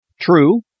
True